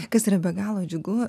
kas yra be galo džiugu